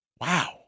Wow